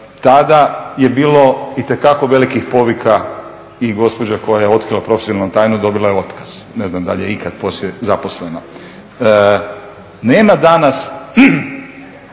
Tada je bilo itekako velikih povika i gospođa koja je otkrila profesionalnu tajnu dobila je otkaz. Ne znam da li je ikada poslije zaposlena. Nema danas